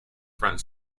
front